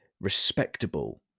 respectable